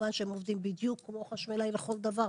כמובן שהם עובדים בדיוק כמו חשמלאי לכל דבר,